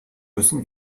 müssen